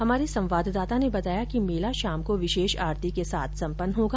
हमारे संवाददाता ने बताया कि मेला शाम को विशेष आरती के साथ सम्पन्न होगा